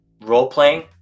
role-playing